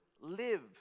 live